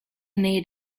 need